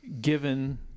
given